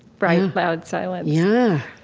bright, loud silence yeah,